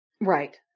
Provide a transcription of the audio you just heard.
Right